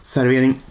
Servering